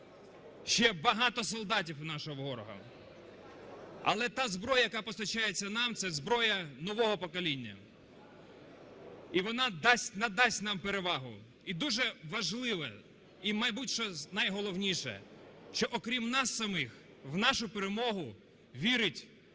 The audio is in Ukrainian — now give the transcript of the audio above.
ще багато солдатів у нашого ворога. Але та зброя, яка постачається нам, це зброя нового покоління і вона дасть, надасть нам перевагу. І дуже важливе, і мабуть що найголовніше, що окрім нас самих в нашу перемогу вірить увесь